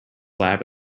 lab